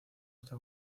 está